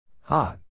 Hot